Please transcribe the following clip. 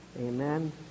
Amen